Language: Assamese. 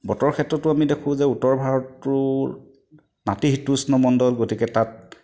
বতৰৰ ক্ষেত্ৰতো আমি দেখোঁ যে উত্তৰ ভাৰতটোৰ নাতিশীতোষ্ণ মণ্ডল গতিকে তাত